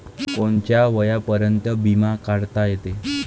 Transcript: कोनच्या वयापर्यंत बिमा काढता येते?